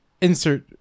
insert